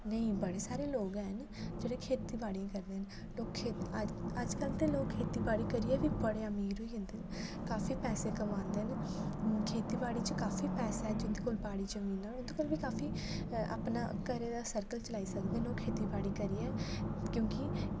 नेईं बड़े सारे लोग हैन जेह्ड़े खेती बाड़ियां करदे न अज्जकल ते लोग खेतीबाड़ी करियै बी बड़े अमीर होई जंदे काफ़ी पैसे कमांदे न खेतीबाड़ी च काफी पैसा ऐ जिंदे कोल बाड़ी जमीनां न उं'दे कोल बी काफी अपने घरै दा सर्कल चलाई सकदे न ओह् खेतीबाड़ी करियै क्योंकि